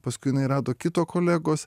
paskui jinai rado kito kolegos